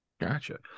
Gotcha